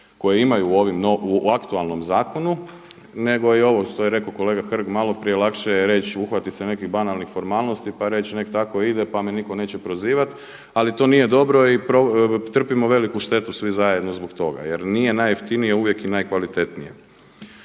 koje imaju u aktualnom zakonu, nego ovo što je rekao kolega Hrg maloprije, lakše je reć uhvatit se nekakvih banalnih formalnosti pa reći nek tako ide pa me niko neće prozivati, ali to nije dobro i trpimo veliku štetu svi zajedno zbog toga jer nije najjeftinije uvijek i najkvalitetnije.